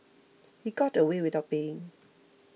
he got away without paying